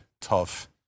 tough